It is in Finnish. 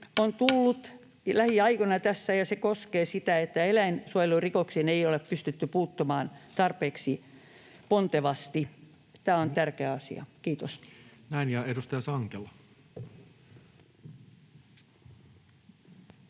koputtaa] lähiaikoina tässä, ja se koskee sitä, että eläinsuojelurikoksiin ei ole pystytty puuttumaan tarpeeksi pontevasti. Tämä on tärkeä asia. — Kiitos. [Speech 501] Speaker: